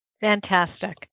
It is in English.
Fantastic